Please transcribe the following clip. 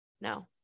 No